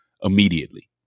immediately